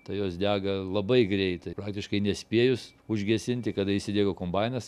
tai jos dega labai greitai praktiškai nespėjus užgesinti kada įsidega kombainas